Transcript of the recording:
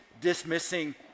dismissing